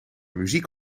muziek